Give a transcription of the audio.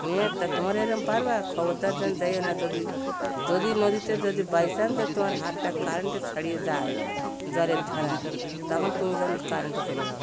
নিয়ে তা তোমরা এরম পারবে খবরদার যেন যেও না যদি যদি নদীতে যদি বাইচান্স তোমার হাতটা কারেন্টে ছাড়িয়ে যায় জলের ধারায় তখন তুমি যেন কারেন্টে চলে যাও